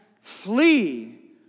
flee